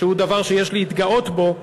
שהוא דבר שיש להתגאות בו,